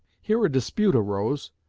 here a dispute arose,